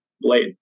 blade